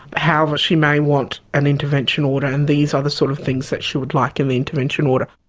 however, she may want an intervention order and these are the sort of things that she would like in the intervention order.